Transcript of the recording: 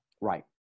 Right